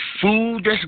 food